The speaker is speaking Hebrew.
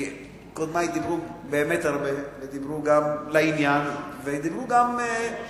כי קודמי דיברו הרבה, ודיברו גם לעניין, אני אוכל